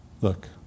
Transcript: Look